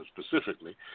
specifically